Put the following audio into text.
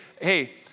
hey